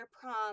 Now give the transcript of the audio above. prom